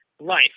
life